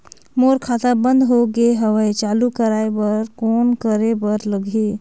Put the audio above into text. मोर खाता बंद हो गे हवय चालू कराय बर कौन करे बर लगही?